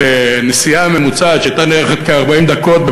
ונסיעה ממוצעת בין תל-אביב לאשדוד שהייתה נמשכת כ-40 דקות,